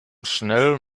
schnell